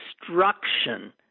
destruction